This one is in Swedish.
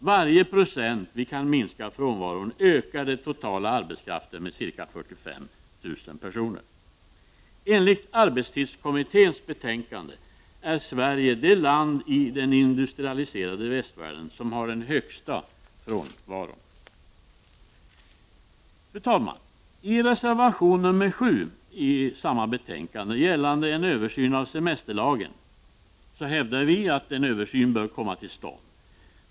Varje procent vi kan minska frånvaron ökar den totala arbetskraften med ca 45 000 personer. Enligt arbetstidskommitténs betänkande är Sverige det land i den industrialiserade västvärlden som har den högsta frånvaron. Fru talman! I reservation 7 till samma betänkande, gällande en översyn av semesterlagen, hävdar vi att en översyn bör komma till stånd.